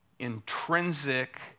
Intrinsic